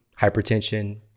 hypertension